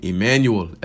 Emmanuel